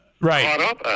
Right